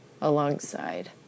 alongside